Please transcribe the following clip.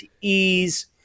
ease